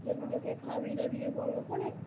সেগুলোকে খাইয়ে দাইয়ে বড়ো করে